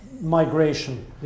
migration